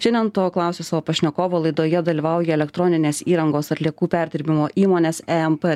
šiandien to klausiu savo pašnekovo laidoje dalyvauja elektroninės įrangos atliekų perdirbimo įmonės emp